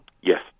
Yes